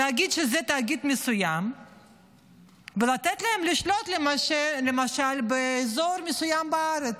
להגיד שזה תאגיד מסוים ולתת להם לשלוט למשל באזור מסוים בארץ.